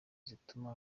zituma